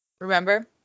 Remember